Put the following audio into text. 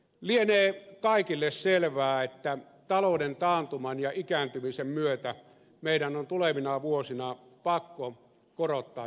lienee kaikille selvää että talouden taantuman ja ikääntymisen myötä meidän on tulevina vuosina pakko korottaa joitakin veroja